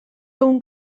egun